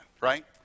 right